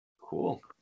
Cool